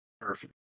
Perfect